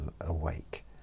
awake